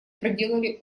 проделали